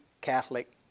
Catholic